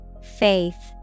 Faith